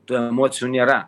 tų emocijų nėra